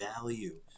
value